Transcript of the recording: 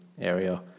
area